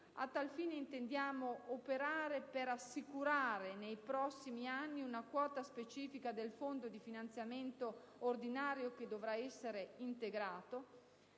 A tal fine intendiamo operare per assicurare che nei prossimi anni una quota specifica del Fondo di finanziamento ordinario che dovrà essere integrato